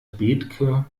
bethke